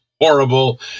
horrible